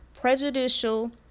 prejudicial